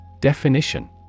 Definition